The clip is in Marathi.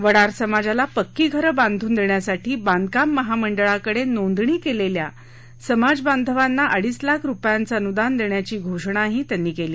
वडार समाजाला पक्की घरं बांधून देण्यासाठी बांधकाम महामंडळाकडे नोंदणी केलेल्या समाजबांधवांना अडीच लाख रुपयांचं अनुदान देण्याची घोषणाही फडणवीस यांनी यावेळी केली